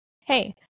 hey